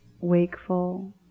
wakeful